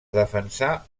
defensà